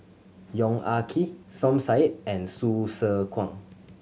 Yong Ah Kee Som Said and Hsu Tse Kwang